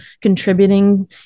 contributing